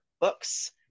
books